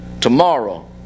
Tomorrow